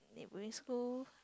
we're in school